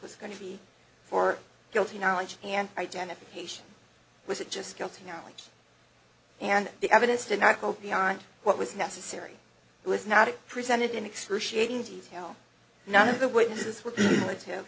was going to be for guilty knowledge and identification was it just guilty knowledge and the evidence did not go beyond what was necessary was not presented in excruciating detail none of the witness